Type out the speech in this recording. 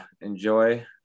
enjoy